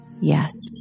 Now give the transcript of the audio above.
yes